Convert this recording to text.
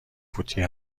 فوتی